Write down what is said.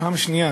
פעם שנייה.